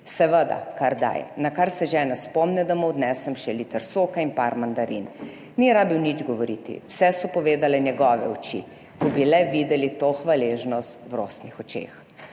seveda, kar daj, na kar se žena spomni, da mu odnesem še liter soka in par mandarin. Ni rabil nič govoriti, vse so povedale njegove oči, ko bi le videli to hvaležnost v rosnih očeh.